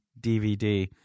DVD